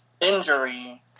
injury